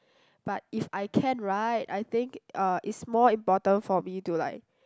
but if I can right I think uh it's more important for me to like